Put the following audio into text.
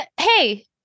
Hey